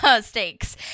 stakes